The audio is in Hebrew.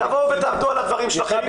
תבואו ותעמדו על הדברים שלכם.